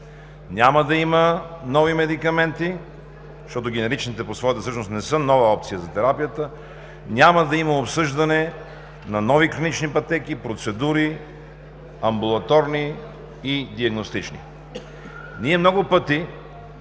няма да има нови медикаменти, защото генеричните по своята същност не са нова опция за терапията; няма да има обсъждане на нови клинични пътеки, процедури – амбулаторни и диагностични. Ние много пъти